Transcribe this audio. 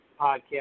podcast